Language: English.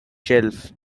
shelf